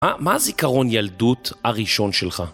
מה, מה הזיכרון ילדות הראשון שלך?